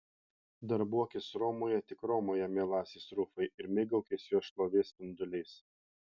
darbuokis romoje tik romoje mielasis rufai ir mėgaukis jos šlovės spinduliais